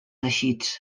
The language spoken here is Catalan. teixits